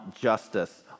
justice